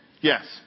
Yes